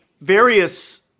various